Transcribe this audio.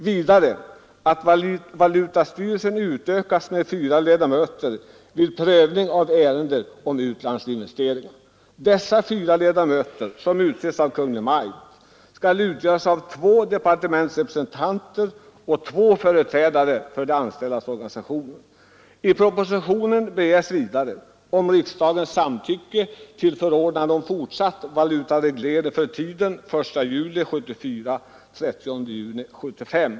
Vidare föreslås att valutastyrelsen utökas med fyra ledamöter vid prövning av ärenden rörande utlandsinvesteringar. Dessa fyra ledamöter, som utses av Kungl. Maj:t, skall utgöras av två departementsrepresentanter och två företrädare för de anställdas organisationer. I propositionen begärs vidare riksdagens samtycke till förordnande om fortsatt valutareglering för tiden 1 juli 1974—30 juni 1975.